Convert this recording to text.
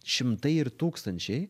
šimtai ir tūkstančiai